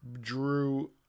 Drew